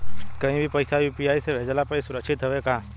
कहि भी पैसा यू.पी.आई से भेजली पर ए सुरक्षित हवे का?